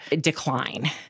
decline